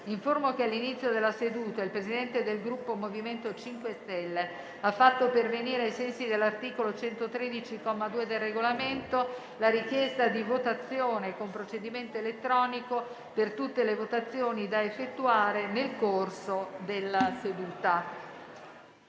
che all'inizio della seduta il Presidente del Gruppo MoVimento 5 Stelle ha fatto pervenire, ai sensi dell'articolo 113, comma 2, del Regolamento, la richiesta di votazione con procedimento elettronico per tutte le votazioni da effettuare nel corso della seduta.